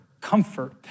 comfort